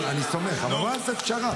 אני סומך, אבל בוא נעשה פשרה.